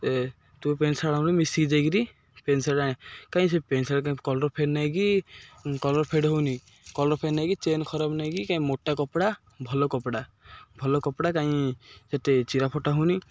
ଏ ତୁ pant shirt ଆଣୁନୁ ମିଶିକି ଯାଇକିରି ପେଣ୍ଟ ସାର୍ଟ ଆଣ କାଇଁ ସେ ପେଣ୍ଟ ସାର୍ଟ କାଇଁ କଲର୍ ଫେଡ଼ ନେଇକି କଲର୍ ଫେଡ଼ ହଉନି କଲର୍ ଫେଡ଼ ନେଇକି ଚେନ୍ ଖରାପ ନେଇକି କାଇଁ ମୋଟା କପଡ଼ା ଭଲ କପଡ଼ା ଭଲ କପଡ଼ା କାଇଁ ସେତେ ଚିରା ଫଟା ହଉନି